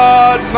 God